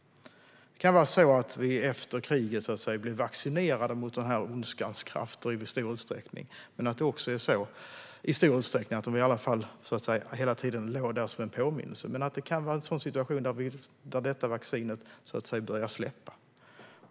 Det kan vara så att vi efter kriget i stor utsträckning blev vaccinerade mot den här ondskans krafter och att det här hela tiden låg som en påminnelse. Men nu kan det vara en sådan situation där detta vaccin börjar släppa.